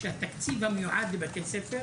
שהתקציב המיועד לבתי ספר